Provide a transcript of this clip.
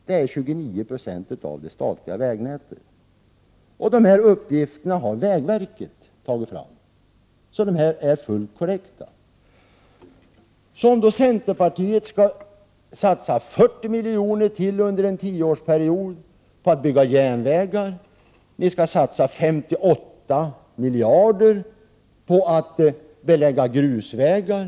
Det är 29 26 av det statliga vägnätet. Dessa uppgifter har vägverket tagit fram, så de är fullt korrekta. Centerpartiet skall satsa ytterligare 40 miljarder under en tioårsperiod på att bygga järnvägar. Ni skall satsa 58 miljarder på beläggning av grusvägar.